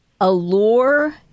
allure